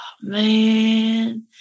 man